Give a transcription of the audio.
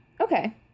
Okay